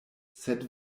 sed